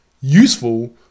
useful